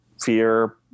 fear